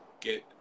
get